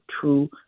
true